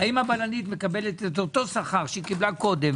מקבלת את אותו שכר שקיבלה קודם?